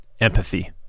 empathy